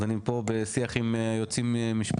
אנחנו דנים פה בשיח עם היועצים משפטיים.